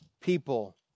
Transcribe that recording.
people